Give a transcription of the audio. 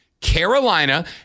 Carolina